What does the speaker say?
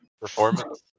Performance